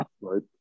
right